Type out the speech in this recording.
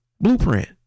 blueprint